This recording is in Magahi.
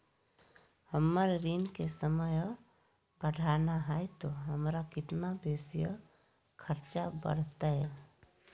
हमर ऋण के समय और बढ़ाना है तो हमरा कितना बेसी और खर्चा बड़तैय?